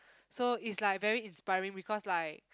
so it's like very inspiring because like